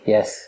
Yes